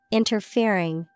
interfering